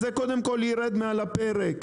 אז זה קודם כל ירד מעל הפרק,